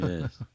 Yes